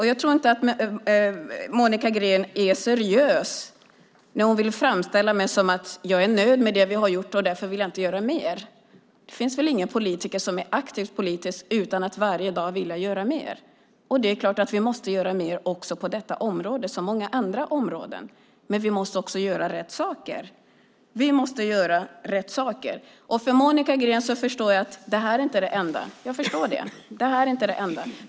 Jag tror inte att Monica Green är seriös när hon framställer det som att jag är nöjd med det vi har gjort och därför inte vill göra mer. Det finns väl ingen politiker som är aktiv politiskt utan att varje dag vilja göra mer. Det är klart att vi måste göra mer också på detta område, som på många andra områden. Men vi måste också göra rätt saker. Jag förstår att det här inte är det enda för Monica Green.